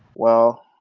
well,